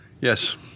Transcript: Yes